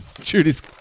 Judy's